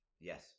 Yes